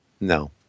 no